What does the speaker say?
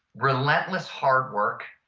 relentless hard work,